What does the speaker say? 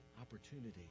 opportunity